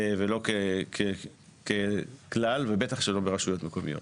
ולא ככלל, ובטח שלא ברשויות מקומיות.